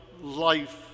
life